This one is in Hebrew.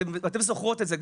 אתן זוכרות את זה,